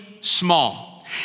small